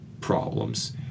problems